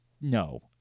no